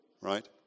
right